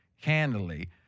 candidly